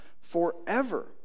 forever